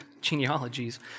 genealogies